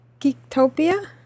Geektopia